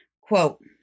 quote